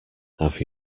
have